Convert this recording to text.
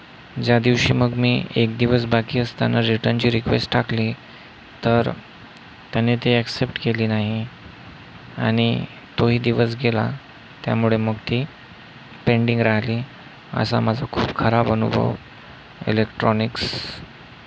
ज्या दिवशी मग मी एक दिवस बाकी असताना रिटर्नची रिक्वेस्ट टाकली तर त्यांनी ती ॲक्सेप्ट केली नाही आणि तोही दिवस गेला त्यामुळे मग ती पेंडिंग राहिली असा माझा खूप खराब अनुभव इलेक्ट्रॉनिक्स